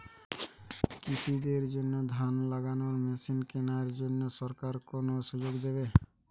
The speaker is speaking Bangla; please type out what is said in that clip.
কৃষি দের জন্য ধান লাগানোর মেশিন কেনার জন্য সরকার কোন সুযোগ দেবে?